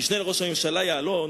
המשנה לראש הממשלה, יעלון,